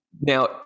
now